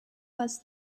was